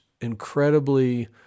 incredibly